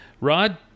Rod